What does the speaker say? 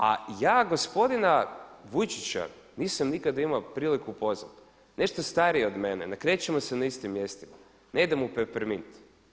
A ja gospodina Vujčića nisam nikada imao priliku upoznati, nešto je stariji od mene, ne krećemo se na istim mjestima, ne idemo u Pepermint.